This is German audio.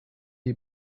die